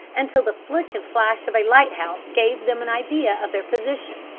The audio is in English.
until the flick and flash of a lighthouse gave them an idea of their position.